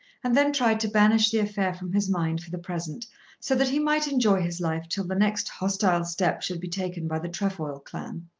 and then tried to banish the affair from his mind for the present so that he might enjoy his life till the next hostile step should be taken by the trefoil clan.